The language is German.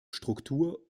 struktur